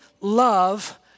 love